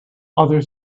other